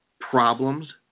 problems